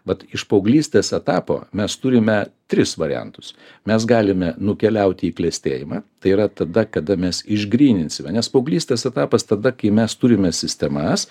mat iš paauglystės etapo mes turime tris variantus mes galime nukeliauti į klestėjimą tai yra tada kada mes išgryninsime nes paauglystės etapas tada kai mes turime sistemas